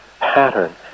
pattern